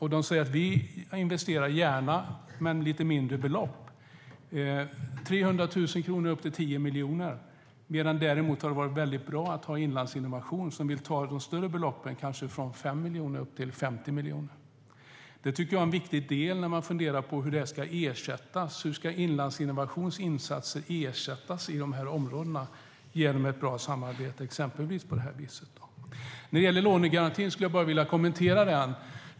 Man säger att man gärna investerar, men med lite mindre belopp, från 300 000 kronor upp till 10 miljoner. Då har det varit väldigt bra att ha tillgång till Inlandsinnovation som hanterar de större beloppen, från 5 miljoner upp till 50 miljoner. Det är en viktig del när man funderar på hur Inlandsinnovations insatser ska ersättas i dessa områden med ett bra samarbete. När det gäller lånegarantin vill jag bara kommentera den.